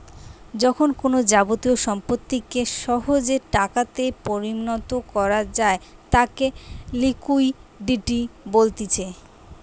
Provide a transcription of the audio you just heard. যখন কোনো যাবতীয় সম্পত্তিকে সহজে টাকাতে পরিণত করা যায় তাকে লিকুইডিটি বলতিছে